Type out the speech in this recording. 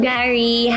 Gary